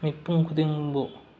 ꯃꯤꯄꯨꯡ ꯈꯨꯗꯤꯡꯕꯨ